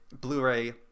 blu-ray